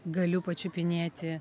galiu pačiupinėti